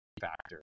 factor